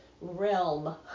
realm